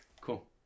cool